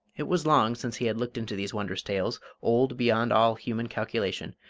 it was long since he had looked into these wondrous tales, old beyond all human calculation,